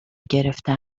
گرفته